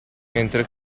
mentre